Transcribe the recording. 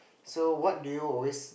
so what do you always